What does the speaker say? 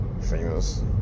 famous